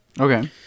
okay